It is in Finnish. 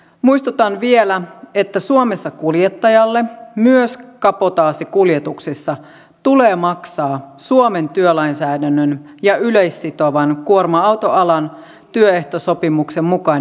muistutan vielä että suomessa kuljettajalle myös kabotaasikuljetuksissa tulee maksaa suomen työlainsäädännön ja yleissitovan kuorma autoalan työehtosopimuksen mukainen palkka